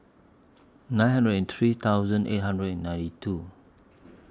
nine hundred and three thousand eight hundred and ninety two